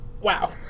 Wow